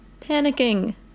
panicking